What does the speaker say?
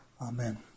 Amen